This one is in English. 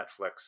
Netflix